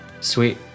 Sweet